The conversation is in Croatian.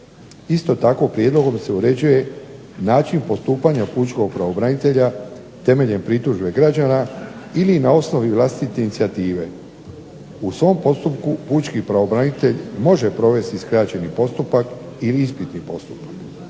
Isto tako, prijedlogom se uređuje način postupanja pučkog pravobranitelja temeljem pritužbe građana ili na osnovi vlastite inicijative. U svom postupku pučki pravobranitelj može provesti skraćeni postupak ili ispitni postupak.